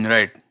Right